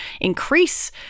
increase